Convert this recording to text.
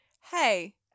hey